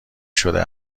شده